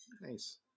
nice